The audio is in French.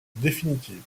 définitives